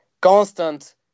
constant